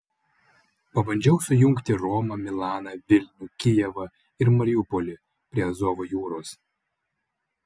pabandžiau sujungti romą milaną vilnių kijevą ir mariupolį prie azovo jūros